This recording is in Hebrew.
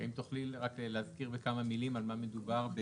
האם תוכלי רק להזכיר בכמה מילים על מה מדובר,